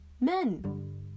men